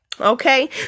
Okay